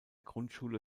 grundschule